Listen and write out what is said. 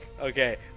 okay